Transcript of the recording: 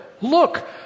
Look